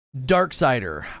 Darksider